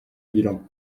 bilan